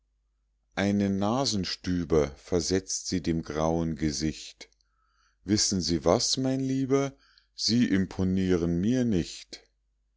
einen nasenstüber versetzt sie dem grauen gesicht wissen sie was mein lieber sie imponieren mir nicht